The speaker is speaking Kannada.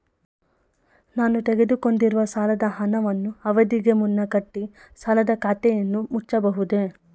ನಾನು ತೆಗೆದುಕೊಂಡಿರುವ ಸಾಲದ ಹಣವನ್ನು ಅವಧಿಗೆ ಮುನ್ನ ಕಟ್ಟಿ ಸಾಲದ ಖಾತೆಯನ್ನು ಮುಚ್ಚಬಹುದೇ?